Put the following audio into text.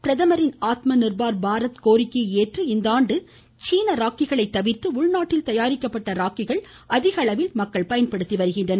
பிரதமரின் ஆத்ம நிர்பார் பாரத் கோரிக்கையை ஏற்று இந்த ஆண்டு சீன ராக்கிகளை தவிர்த்து உள்நாட்டில் தயாரிக்கப்பட்ட ராக்கிகள் அதிகளவில் மக்கள் பயன்படுத்தி வருகின்றனர்